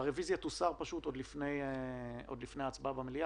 והרוויזיה תוסר עוד לפני הצבעה במליאה,